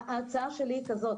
ההצעה שלי היא כזאת,